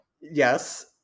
Yes